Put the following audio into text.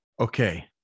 Okay